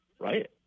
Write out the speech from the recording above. right